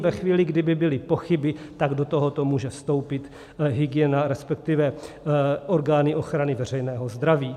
Ve chvíli, kdy by byly pochyby, tak do tohoto může vstoupit hygiena, resp. orgány ochrany veřejného zdraví.